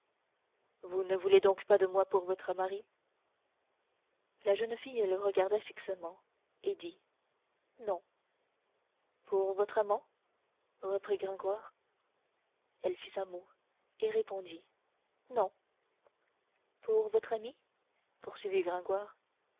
vous ne voulez donc pas de moi pour votre mari la jeune fille le regarda fixement et dit non pour votre amant reprit gringoire elle fit sa moue et répondit non pour votre ami poursuivit gringoire